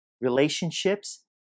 relationships